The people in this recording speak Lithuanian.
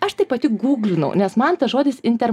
aš tai pati guglinau nes man tas žodis inter